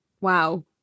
Wow